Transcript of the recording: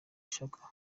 ishaka